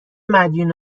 مدیون